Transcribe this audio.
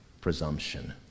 presumption